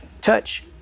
touch